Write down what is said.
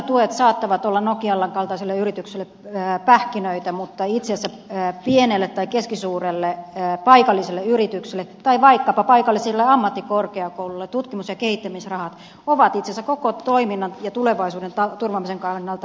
miljoonatuet saattavat olla nokian kaltaiselle yritykselle pähkinöitä mutta pienelle tai keskisuurelle paikalliselle yritykselle tai vaikkapa paikalliselle ammattikorkeakoululle tutkimus ja kehittämisrahat ovat itse asiassa koko toiminnan ja tulevaisuuden turvaamisen kannalta elinehto